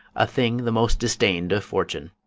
a thing the most disdain'd of fortune.